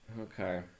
Okay